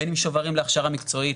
בין אם שוברים להכשרה מקצועית,